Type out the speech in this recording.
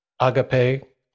agape